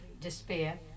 despair